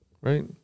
right